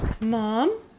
mom